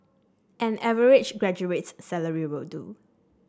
an average graduate's salary will do